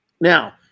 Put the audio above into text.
now